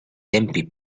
tempi